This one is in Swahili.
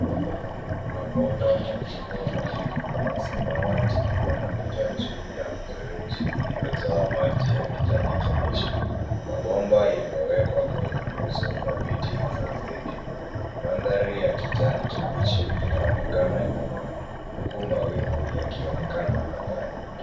Mabomba makubwa mawili ya samawati yanapita juu ya mfereji uliojaa maji ya kijani kibichi. Mabomba yamewekwa kwenye nguzo thabiti za zege. Mandhari ya kijani kibichi inaonekana nyuma huku mawingu yakionekana angani.